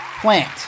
plant